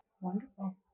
Wonderful